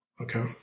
okay